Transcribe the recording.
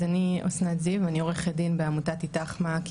אז אני אסנת זיו ואני עורכת דין מעמותת אית"ך מעכי,